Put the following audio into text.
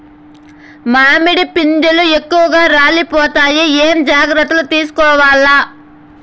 మామిడి పిందెలు ఎక్కువగా రాలిపోతాయి ఏమేం జాగ్రత్తలు తీసుకోవల్ల?